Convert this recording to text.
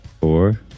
four